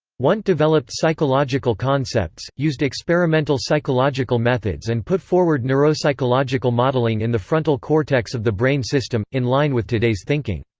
wundt developed psychological concepts, used experimental psychological methods and put forward neuropsychological modelling in the frontal cortex of the brain system in line with today's thinking.